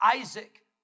Isaac